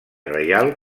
reial